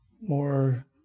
more